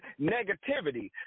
negativity